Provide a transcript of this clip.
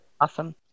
Awesome